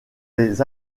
des